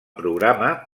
programa